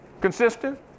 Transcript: consistent